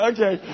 Okay